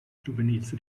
giuvenils